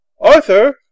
arthur